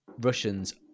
Russians